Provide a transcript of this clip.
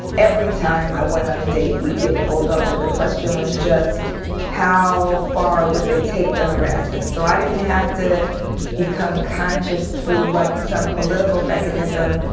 every time i went on a date we'd get pulled over. the question was just how far would they take the harassment. so i didn't have to become conscious through, like, some political mechanism.